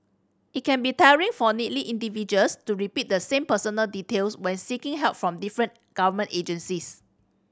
it can be tiring for needy individuals to repeat the same personal details when seeking help from different government agencies